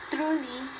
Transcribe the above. Truly